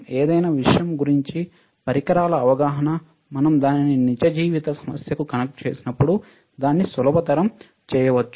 ఏదైనా విషయం గురించి పరికరాల అవగాహన మనం దానిని నిజ జీవిత సమస్యకు కనెక్ట్ చేసినప్పుడు దాన్ని సులభతరం చేయవచ్చు